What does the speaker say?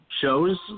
shows